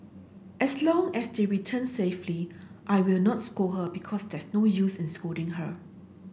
as long as they return safely I will not scold her because there's no use in scolding her